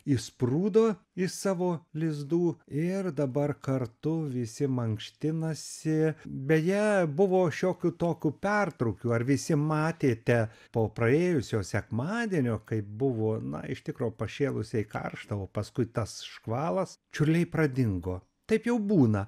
išsprūdo iš savo lizdų ir dabar kartu visi mankštinasi beje buvo šiokių tokių pertrūkių ar visi matėte po praėjusio sekmadienio kai buvo na iš tikro pašėlusiai karšta o paskui tas škvalas čiurliai pradingo taip jau būna